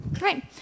right